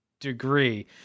degree